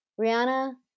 Rihanna